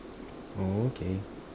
oh okay